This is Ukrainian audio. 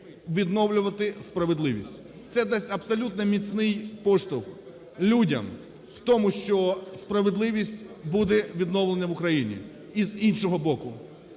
відновлювати справедливість. Це дасть абсолютно міцний поштовх людям в тому, що справедливість буде відновлена в Україні. І, з іншого боку,